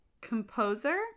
composer